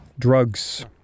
Drugs